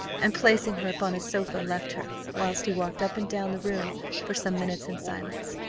and placing her upon a sofa, left her, whilst he walked up and down the room for some minutes in silence.